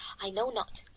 i know not,